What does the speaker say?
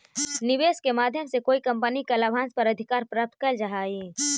निवेश के माध्यम से कोई कंपनी के लाभांश पर अधिकार प्राप्त कैल जा हई